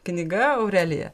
knyga aurelija